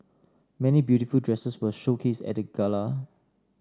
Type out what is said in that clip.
many beautiful dresses were showcased at the gala